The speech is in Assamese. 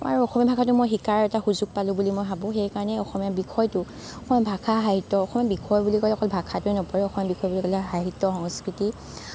অসমীয়া ভাষাটো শিকাৰ এটা সুযোগ পালোঁ বুলি মই ভাবো সেইকাৰণে অসমীয়া বিষয়টো অসমীয়া ভাষা সাহিত্য অসমীয়া বিষয়টো বুলি ক'লে অসমীয়া ভাষাটোৱেই নপৰে অসমীয়া ভাষা সংস্কৃতি